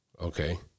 Okay